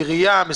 העירייה יודעת,